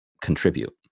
contribute